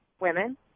women